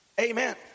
amen